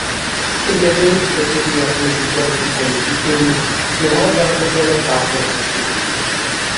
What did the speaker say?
riebiai eteryje nusikeikusiam diktoriui pirma darbo diena tapo ir paskutine